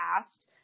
asked